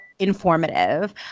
informative